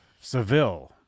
Seville